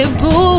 boo